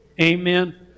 Amen